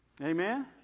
Amen